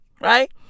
right